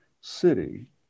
city